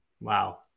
Wow